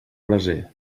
braser